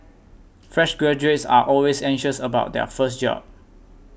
fresh graduates are always anxious about their first job